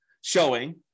showing